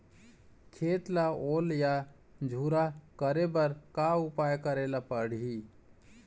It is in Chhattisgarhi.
खेत ला ओल या झुरा करे बर का उपाय करेला पड़ही?